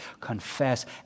confess